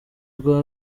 rwa